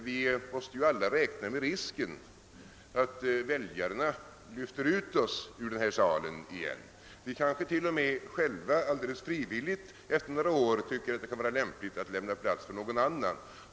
Vi måste ju alla räkna med risken att väljarna lyfter ut oss ur den här salen, och efter några år tycker vi kanske själva att det kan vara lämpligt att lämna plats åt någon annan.